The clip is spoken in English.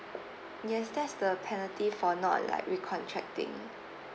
yes that's the penalty for not like recontracting